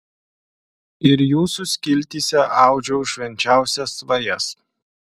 ir jūsų skiltyse audžiau švenčiausias svajas